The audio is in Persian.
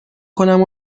کنم